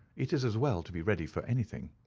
it is as well to be ready for anything.